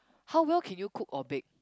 how well can you cook or bake